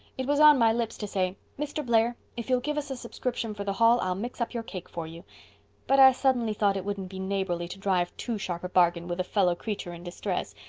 it was on my lips to say, mr. blair, if you'll give us a subscription for the hall i'll mix up your cake for you but i suddenly thought it wouldn't be neighborly to drive too sharp a bargain with a fellow creature in distress.